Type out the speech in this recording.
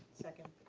second.